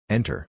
Enter